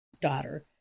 daughter